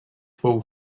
fou